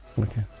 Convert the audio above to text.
Okay